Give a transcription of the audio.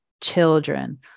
children